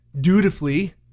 dutifully